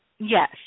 Yes